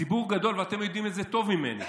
ציבור גדול, ואתם יודעים את זה טוב ממני,